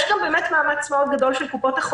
יש כאן באמת מאמץ גדול מאוד של קופות